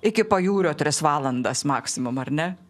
iki pajūrio tris valandas maksimum ar ne